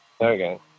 Okay